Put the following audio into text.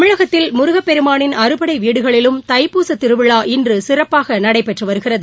தமிழகத்தில் முருகப்பெருமானின் அறுபடைவீடுகளிலும் தைப்பூசத் திருவிழா இன்று சிறப்பாக நடைபெற்று வருகிறது